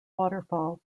waterfall